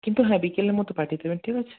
কিন্তু হ্যাঁ বিকেলের মধ্যে পাঠিয়ে দেবেন ঠিক আছে